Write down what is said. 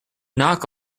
knock